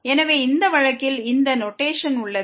எனவே இந்த வழக்கில் இந்த நோட்டேஷன் உள்ளது